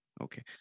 Okay